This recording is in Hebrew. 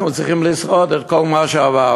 אנחנו צריכים לשרוד את כל מה שעברנו.